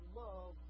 love